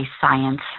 science